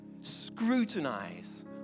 scrutinize